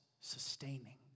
sustaining